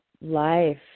life